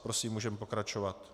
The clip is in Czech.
Prosím, můžeme pokračovat.